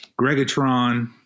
gregatron